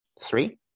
Three